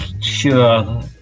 sure